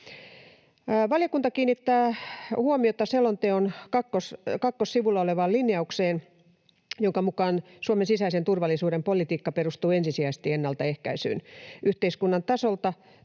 Valiokunta kiinnittää huomiota selonteon kakkossivulla olevaan linjaukseen, jonka mukaan Suomen sisäisen turvallisuuden politiikka perustuu ensisijaisesti ennalta ehkäisyyn. Yhteiskunnan tasolla